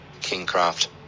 kingcraft